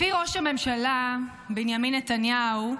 לפי ראש הממשלה בנימין נתניהו,